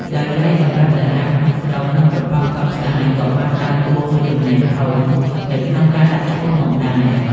ដោយឡែកសម្រាប់តារាក្នុងស្រុក និងប្រព័ន្ធផ្សព្វផ្សាយក៏បានដើរតួមួយចំណែកធំនៅក្នុងការដាក់ឈ្មោះផងដែរ។